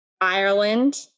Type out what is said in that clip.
Ireland